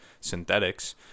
synthetics